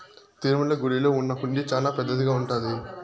తిరుమల గుడిలో ఉన్న హుండీ చానా పెద్దదిగా ఉంటాది